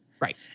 Right